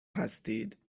هستید